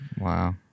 wow